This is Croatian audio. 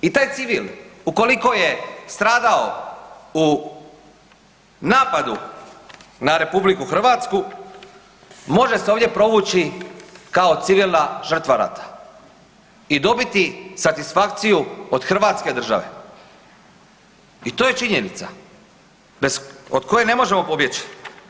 I taj civil ukoliko je stradao u napadu na RH može se ovdje provući kao civilna žrtva rata i dobiti satisfakciju od Hrvatske države i to je činjenica od koje ne možemo pobjeći.